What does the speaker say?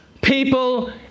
people